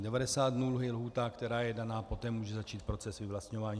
Devadesát dnů je lhůta, která je daná, poté může začít proces vyvlastňování.